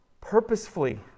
purposefully